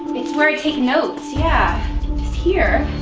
it's where i take notes, yeah. he's here.